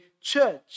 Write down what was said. church